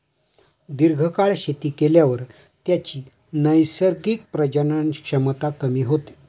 दीर्घकाळ शेती केल्यावर त्याची नैसर्गिक प्रजनन क्षमता कमी होते